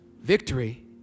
Victory